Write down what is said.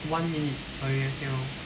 one minute sorry I say wrong